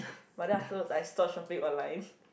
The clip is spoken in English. but then afterwards I stop shopping online